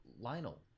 Lionel